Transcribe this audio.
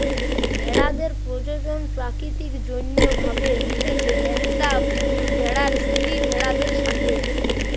ভেড়াদের প্রজনন প্রাকৃতিক যৌন্য ভাবে হতিছে, একটা পুরুষ ভেড়ার স্ত্রী ভেড়াদের সাথে